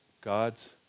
God's